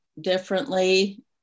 differently